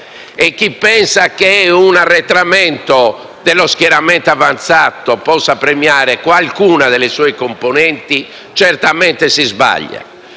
E chi pensa che un arretramento dello schieramento avanzato possa premiare qualcuna delle sue componenti certamente sbaglia.